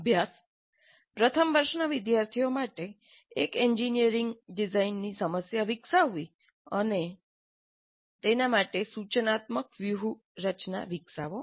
અભ્યાસ 1 પ્રથમ વર્ષના વિદ્યાર્થીઓ માટે એક એન્જિનિયરિંગ ડિઝાઇનની સમસ્યા વિકસાવી અને તેના માટે સૂચનાત્મક વ્યૂહરચના વિકસાવો